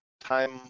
time